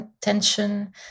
tension